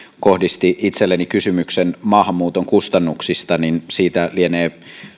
kohdisti itselleni kysymyksen maahanmuuton kustannuksista niin siitä lienee